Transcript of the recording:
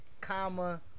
comma